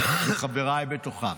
חבריי, בתוכם.